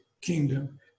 kingdom